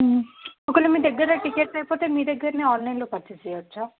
ఒకవేళ మీ దగ్గర టికెట్స్ అయిపోతే మీ దగ్గర ఆన్లైన్లో పర్చేస్ చేయవచ్చా